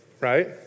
right